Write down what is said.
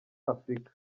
africa